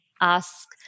ask